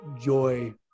joy